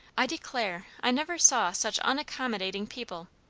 i declare, i never saw such unaccommodating people.